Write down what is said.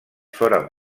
foren